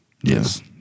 Yes